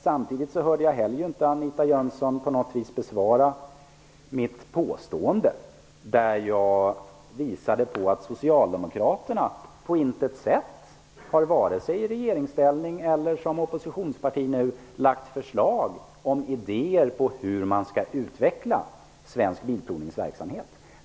Jag hörde inte Anita Jönsson på något sätt bemöta mitt påstående om att Socialdemokraterna på intet sätt, vare sig i regeringsställning eller nu såsom oppositionsparti, har framlagt förslag om hur man skall utveckla svensk bilprovningsverksamhet.